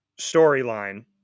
storyline